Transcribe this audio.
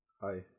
Hi